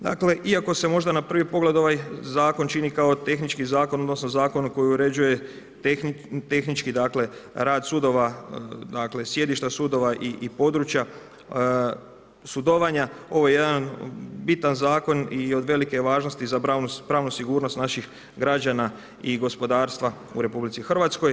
Dakle, iako se možda na prvi pogled ovaj zakon čini kao tehnički zakon odnosno zakon koji uređuje tehnički dakle rad sudova, dakle sjedišta sudova i područja sudovanja, ovo je jedan bitan zakon i od velike je važnosti za pravnu sigurnost naših građana i gospodarstva u Republici Hrvatskoj.